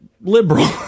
liberal